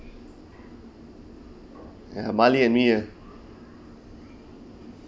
ya marley and me uh